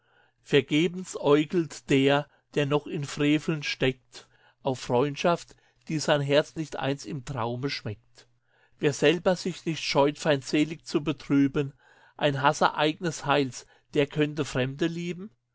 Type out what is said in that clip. vergebens äugelt der der noch in freveln steckt auf freundschaft die sein herz nicht einst im traume schmeckt wer selber sich nicht scheut feindselig zu betrüben ein hasser eignes heils der könnte fremde lieben